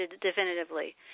definitively